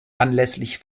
anlässlich